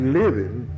living